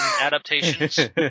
adaptations